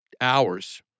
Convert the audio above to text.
hours